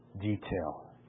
detail